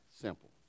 simple